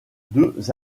deux